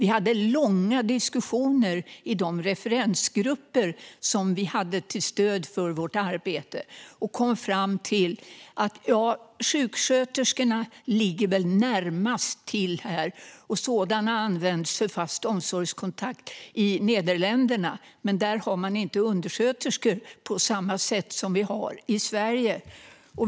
Vi hade långa diskussioner i de referensgrupper vi hade till stöd för vårt arbete, och vi kom fram till att sjuksköterskorna väl ligger närmast till hands. Sådana används för fast omsorgskontakt i Nederländerna - men där har man inte undersköterskor på samma sätt som vi har i Sverige.